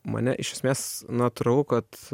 mane iš esmės natūralu kad